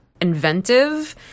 inventive